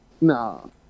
No